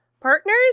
Partners